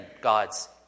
God's